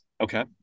Okay